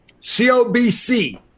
COBC